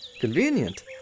Convenient